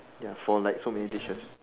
ya for like so many dishes